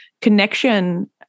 connection